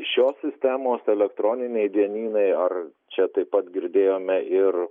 šios sistemos elektroniniai dienynai ar čia taip pat girdėjome ir